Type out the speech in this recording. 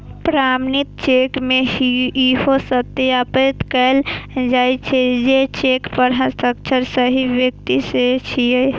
प्रमाणित चेक मे इहो सत्यापित कैल जाइ छै, जे चेक पर हस्ताक्षर सही व्यक्ति के छियै